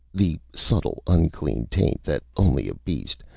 the subtle unclean taint that only a beast,